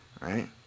right